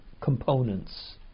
components